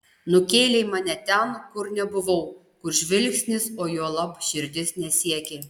nukėlei mane ten kur nebuvau kur žvilgsnis o juolab širdis nesiekė